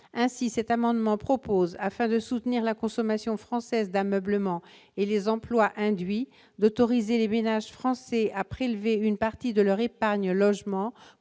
ainsi cet amendement propose afin de soutenir la consommation française d'ameublement et les emplois induits d'autoriser les ménages français à prélever une partie de leur épargne logement